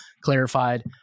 clarified